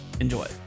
Enjoy